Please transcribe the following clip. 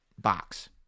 box